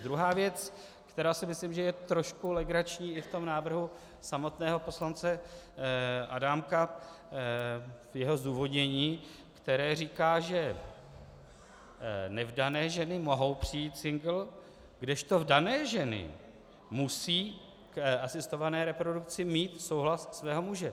Druhá věc, která si myslím, že je trošku legrační i v tom návrhu samotného poslance Adámka, v jeho zdůvodnění, které říká, že nevdané ženy mohou přijít single, kdežto vdané ženy musí k asistované reprodukci mít souhlas svého muže.